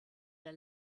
der